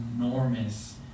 enormous